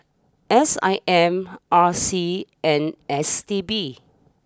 S I M R C and S T B